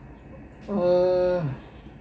um